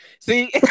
See